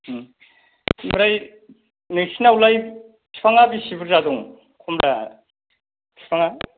ओमफ्राय नोंसोरनावलाय बिफाङा बेसे बुरजा दं खमला बिफाङा